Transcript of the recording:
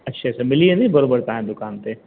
अच्छे से मिली वेंदी बराबरि तव्हांजी दुकान ते